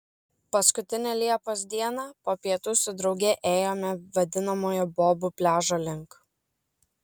paskutinę liepos dieną po pietų su drauge ėjome vadinamojo bobų pliažo link